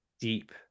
deep